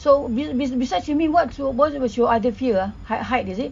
so be beside swimming what's your what's your other fear ah height height is it